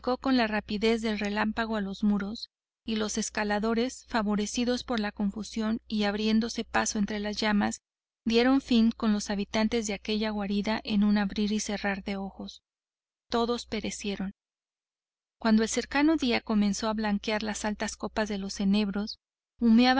con la rapidez del relámpago a los muros y los escaladores favorecidos por la confusión y abriéndose paso entre las llamas dieron fin con los habitantes de aquella guarida en un abrir y cerrar los ojos todos perecieron cuando el cercano día comenzó a blanquear las altas copas de los enebros